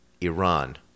Iran